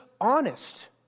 honest